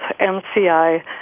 MCI